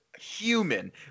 human